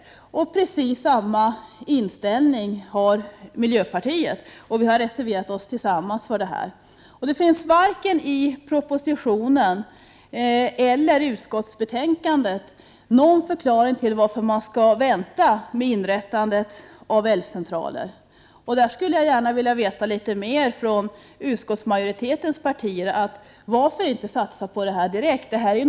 Miljöpartiet har precis samma inställning, och miljöpartiet har tillsammans med vpk reserverat sig för detta. Varken i propositionen eller i utskottsbetänkandet finns någon förklaring till varför man skall vänta med att inrätta älvcentraler. Jag skulle gärna vilja veta litet mer om detta från de partier som utgör utskottsmajoriteten. Varför inte satsa direkt på inrättande av älvcentraler?